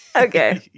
Okay